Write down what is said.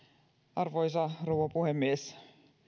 arvoisa rouva puhemies